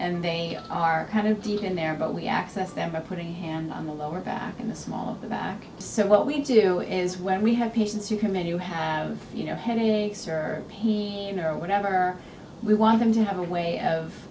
and they are kind of deep in there but we access them by putting a hand on the lower back in the small of the back so what we do is when we have patients you committed to have you know headaches or pain or whatever we want them to have a way of